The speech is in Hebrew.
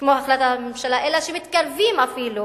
כמו החלטת הממשלה, אלא נתקרב אפילו